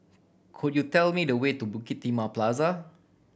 could you tell me the way to Bukit Timah Plaza